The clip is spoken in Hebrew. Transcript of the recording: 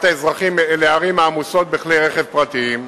האזרחים אל הערים העמוסות בכלי רכב פרטיים.